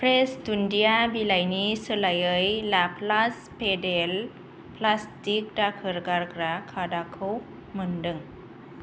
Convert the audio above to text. fresh दुन्दिया बिलाइनि सोलायै लाप्लास्ट पेदेल प्लास्टिक दाखोर गारग्रा खादाखौ मोनदों